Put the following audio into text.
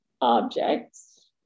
objects